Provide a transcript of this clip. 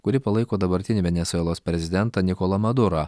kuri palaiko dabartinį venesuelos prezidentą nikolą madurą